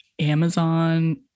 Amazon